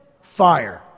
fire